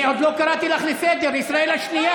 אני עוד לא קראתי אותך לסדר, ישראל השנייה.